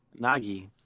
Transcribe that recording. Nagi